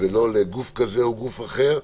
ולא לגוף כזה או לגוף כזה או אחר,